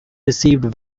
received